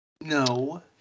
No